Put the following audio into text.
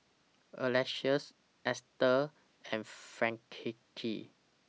Alecia's Estel and Frankie